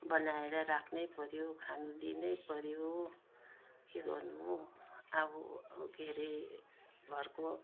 बनाएर राख्नैपर्यो खान दिनैपर्यो के गर्नु हो आफू के अरे घरको